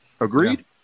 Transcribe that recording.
Agreed